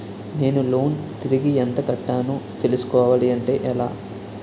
నేను లోన్ తిరిగి ఎంత కట్టానో తెలుసుకోవాలి అంటే ఎలా?